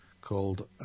called